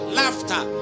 laughter